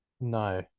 No